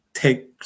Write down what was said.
take